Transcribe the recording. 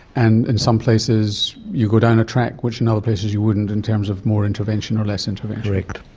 and in some places, you go down a track, which in other places you wouldn't in terms of more intervention or less intervention. correct.